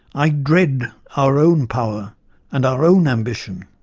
i dread our own power and our own ambition.